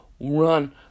run